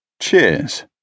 Cheers